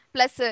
Plus